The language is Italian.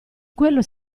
quello